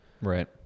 Right